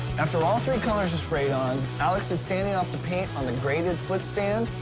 after all three colors are sprayed on, alex is sanding off the paint on the grated foot stand,